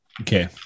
Okay